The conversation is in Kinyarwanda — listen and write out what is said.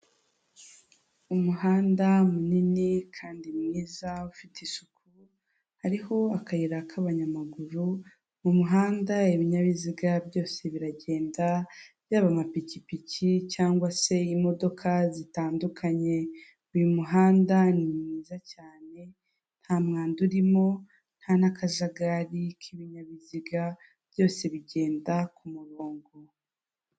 Umuhanda munini kandi mwiza ufite isuku, hariho akayira k'abanyamaguru mu muhanda ibinyabiziga byose biragenda, yaba amapikipiki cyangwa se imodoka zitandukanye, uyu muhanda ni mwiza cyane nta mwanda urimo nta n'akajagari k'ibinyabiziga byose bigenda ku ku murongo.